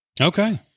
Okay